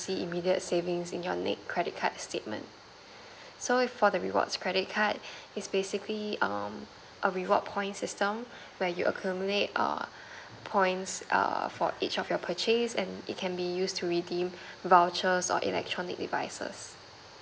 see immediate savings in your next credit card statement so for the reward credit card is basically um a reward point system where you accumulate err points err for each of your purchase and it can be used to redeem vouchers or electronic devices